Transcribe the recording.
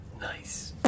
Nice